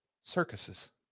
Circuses